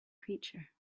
creature